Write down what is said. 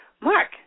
Mark